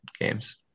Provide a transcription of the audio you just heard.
games